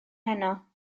heno